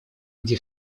где